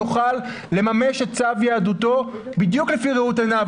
יוכל לממש את צו יהדותו או דתו בדיוק לפי ראות עיניו.